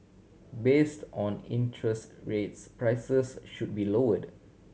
based on interest rates prices should be lowered